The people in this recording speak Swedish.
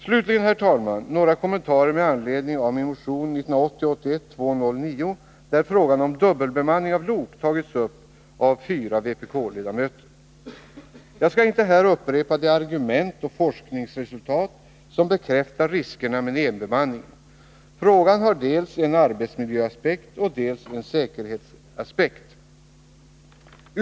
Slutligen, herr talman, några kommentarer med anledning av motion 1980/81:209, där frågan om dubbelbemanning av lok tagits upp av fyra vpk-ledamöter. Jag skall här inte upprepa de argument och forskningsresultat som bekräftar riskerna med enbemanningen. Frågan har dels en arbetsmiljöaspekt och dels en säkerhetsaspekt.